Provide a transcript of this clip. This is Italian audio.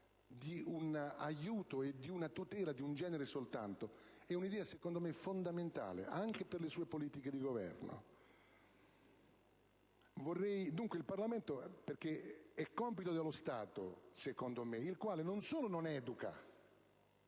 di un aiuto e di una tutela di un genere soltanto è un'idea secondo me fondamentale anche per le sue politiche di Governo. Il Parlamento, dicevo, affronti questa questione perché è compito dello Stato, secondo me il quale, non solo non educa,